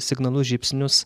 signalus žybsnius